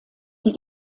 die